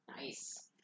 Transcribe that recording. Nice